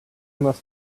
must